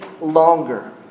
longer